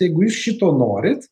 jeigu jūs šito norit